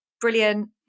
brilliant